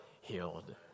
healed